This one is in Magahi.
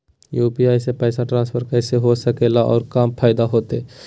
यू.पी.आई से पैसा ट्रांसफर कैसे हो सके ला और का फायदा होएत?